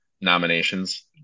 nominations